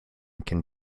can